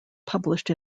published